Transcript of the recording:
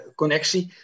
connectie